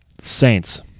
Saints